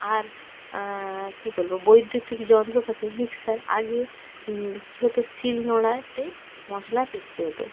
আর কী বলব বৈদ্যুতিক যন্ত্রপাতি মিক্সার আগে কী হতো শিলনোড়াতে মশলা পিষতে হতো